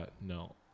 No